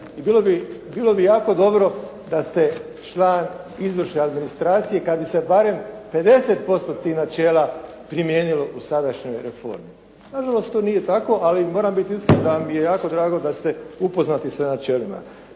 bilo bi jako dobro da ste član izvršne administracije. Kad bi se barem 50% tih načela primijenilo u sadašnjoj reformi. Na žalost to nije tako, ali moram biti iskren da mi je jako drago da ste upoznati sa načelima.